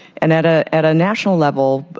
and at ah at a national level,